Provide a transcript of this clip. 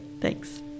Thanks